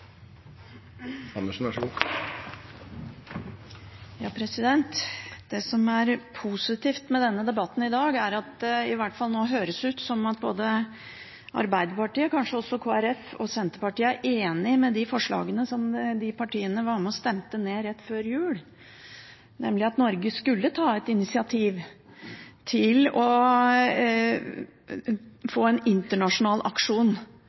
at det i hvert fall nå høres ut som at både Arbeiderpartiet og kanskje også Kristelig Folkeparti og Senterpartiet er enige i de forslagene som de partiene var med og stemte ned rett før jul, nemlig at Norge skulle ta et initiativ til å få en ny internasjonal aksjon